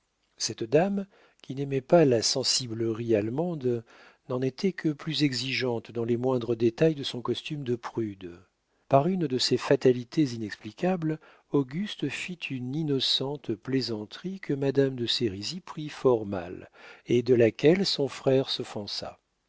cette dame qui n'aimait pas la sensiblerie allemande n'en était que plus exigeante dans les moindres détails de son costume de prude par une de ces fatalités inexplicables auguste fit une innocente plaisanterie que madame de sérizy prit fort mal et de laquelle son frère s'offensa